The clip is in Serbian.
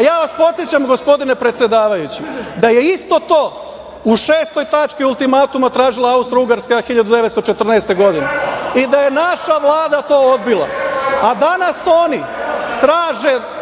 i samo vas podsećam gospodine predsedavajući, da je isto to u 6. tački ultimatuma tražila Austrougarska tražila 1914. godine i da je naša vlada to odbila, a danas oni traže